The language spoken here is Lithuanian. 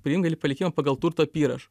priimt gali palikimą pagal turto apyrašą